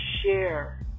share